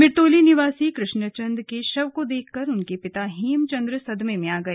मिर्तोली निवासी कृष्ण चन्द्र के शव को देखकर उनके पिता हेम चंद्र सदमे में आ गए